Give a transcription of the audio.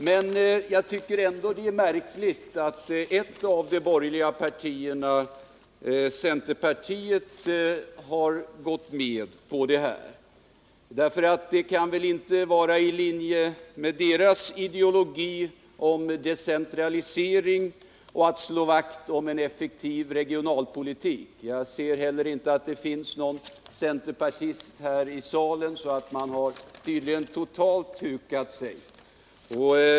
Men jag tycker ändå att det är märkligt att ett av de borgerliga partierna — centerpartiet — har gått med på detta. Det kan väl inte vara i linje med dess ideologi om decentralisering och en aktiv regionalpolitik. Jag kan inte heller se att det finns någon centerpartist här i salen; man har tydligen totalt hukat sig.